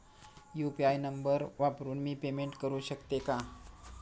UPI number वापरून मी payment करू शकते का?